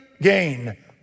gain